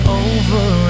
over